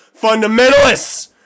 fundamentalists